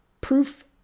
proof